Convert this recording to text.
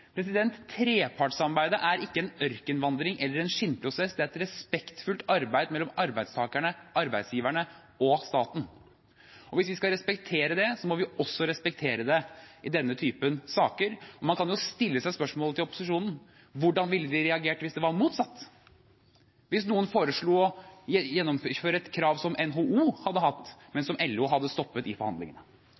Trepartssamarbeidet er ikke en ørkenvandring eller en skinnprosess, det er et respektfullt arbeid mellom arbeidstakerne, arbeidsgiverne og staten. Og hvis vi skal respektere det, må vi også respektere det i denne typen saker. Man kan jo stille seg spørsmålet til opposisjonen: Hvordan ville de reagert hvis det var motsatt – hvis noen foreslo å gjennomføre et krav som NHO hadde hatt, men som LO hadde stoppet i forhandlingene?